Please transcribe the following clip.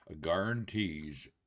guarantees